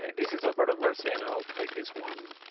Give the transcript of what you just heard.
this is alberto garcia, and i'll take this one.